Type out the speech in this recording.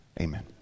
amen